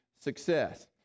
success